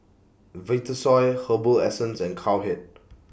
Vitasoy Herbal Essences and Cowhead